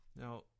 Now